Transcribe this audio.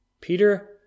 Peter